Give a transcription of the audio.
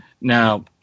Now